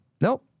Nope